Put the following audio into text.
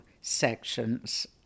sections